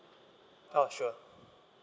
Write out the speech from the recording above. oh sure